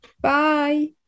Bye